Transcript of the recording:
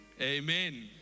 amen